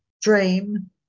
dream